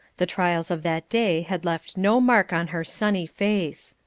the trials of that day had left no mark on her sunny face.